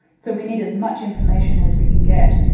so we need as much information as we can get.